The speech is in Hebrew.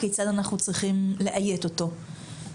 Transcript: כיצד אנחנו צריכים לאיית אותו.